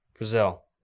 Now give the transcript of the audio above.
Brazil